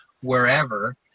wherever